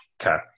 Okay